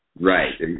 Right